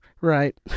right